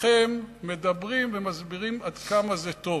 חלקכם מדברים ומסבירים עד כמה זה טוב.